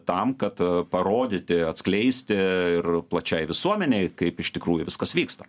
tam kad parodyti atskleisti ir plačiai visuomenei kaip iš tikrųjų viskas vyksta